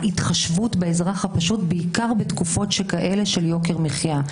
בישראל באזרח הפשוט בעיקר בתקופות כאלה של יוקר מחיה.